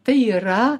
tai yra